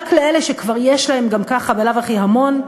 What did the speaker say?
רק לאלה שכבר יש להם גם ככה בלאו הכי המון,